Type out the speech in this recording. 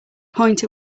point